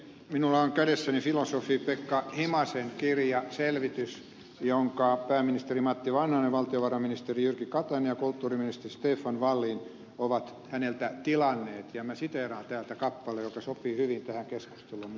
minulla on kädessäni filosofi pekka himasen kirja selvitys jonka pääministeri matti vanhanen valtiovarainministeri jyrki katainen ja kulttuuriministeri stefan wallin ovat häneltä tilanneet ja minä siteeraan täältä kappaleen joka sopii hyvin tähän keskusteluun mitä me täällä puimme